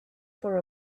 for